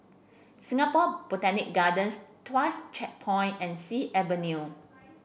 Singapore Botanic Gardens Tuas Checkpoint and Sea Avenue